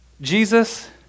Jesus